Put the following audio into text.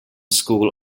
school